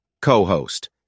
co-host